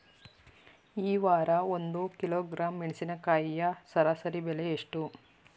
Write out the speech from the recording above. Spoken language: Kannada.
ಈ ವಾರ ಒಂದು ಕಿಲೋಗ್ರಾಂ ಮೆಣಸಿನಕಾಯಿಯ ಸರಾಸರಿ ಬೆಲೆ ಎಷ್ಟು?